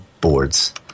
boards